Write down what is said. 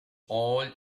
old